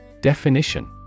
Definition